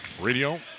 radio